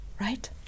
right